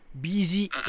busy